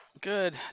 Good